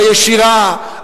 הישירה,